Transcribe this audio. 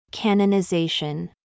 canonization